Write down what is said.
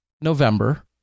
November